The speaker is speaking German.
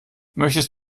möchtest